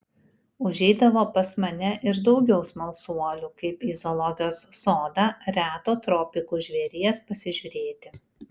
užeidavo pas mane ir daugiau smalsuolių kaip į zoologijos sodą reto tropikų žvėries pasižiūrėti